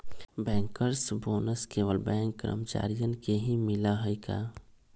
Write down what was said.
Bankers bonus केवल bank कर्मचारियन के ही मिला हई का?